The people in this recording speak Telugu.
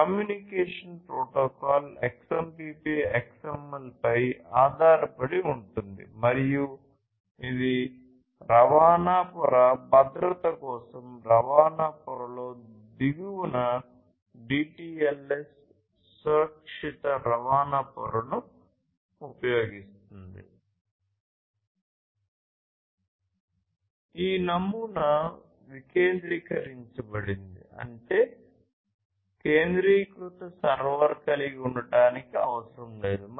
ఈ నమూనా వికేంద్రీకరించబడింది అంటే కేంద్రీకృత సర్వర్ కలిగి ఉండటానికి అవసరం లేదు